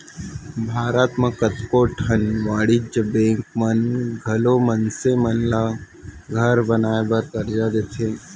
भारत म कतको ठन वाणिज्य बेंक मन घलौ मनसे मन ल घर बनाए बर करजा देथे